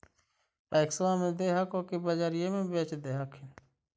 पैक्सबा मे दे हको की बजरिये मे बेच दे हखिन?